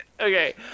Okay